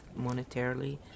monetarily